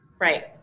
Right